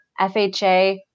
FHA